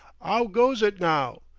ow goes it now?